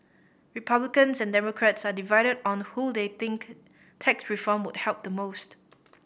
Republicans and Democrats are divided on who they think tax reform would help the most